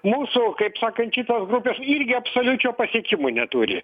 mūsų kaip sakant šitos grupės irgi absoliučiai pasiekimų neturi